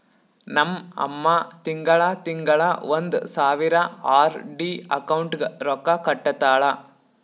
ನಮ್ ಅಮ್ಮಾ ತಿಂಗಳಾ ತಿಂಗಳಾ ಒಂದ್ ಸಾವಿರ ಆರ್.ಡಿ ಅಕೌಂಟ್ಗ್ ರೊಕ್ಕಾ ಕಟ್ಟತಾಳ